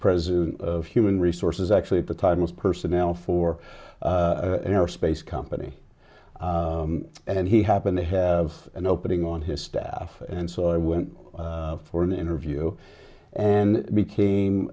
president of human resources actually at the time was personnel for an aerospace company and he happened to have an opening on his staff and so i went for an interview and became